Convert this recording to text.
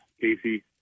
Casey